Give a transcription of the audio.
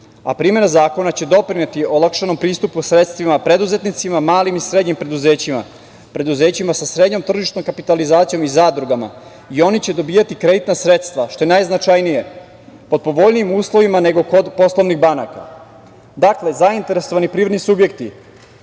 a primena zakona će doprineti olakšanom pristupu sredstvima preduzetnicima, malim i srednjim preduzećima, preduzećima sa srednjom tržišnom kapitalizacijom i zadrugama i oni će dobijati kreditna sredstva, što je najznačajnije, pod povoljnijim uslovima nego kod poslovnih banaka. Dakle, zainteresovani privredni subjekti